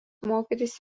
mokytis